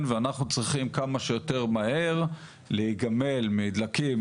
אנחנו צריכים כמה שיותר מהר להיגמל מדלקים